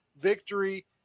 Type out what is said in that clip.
victory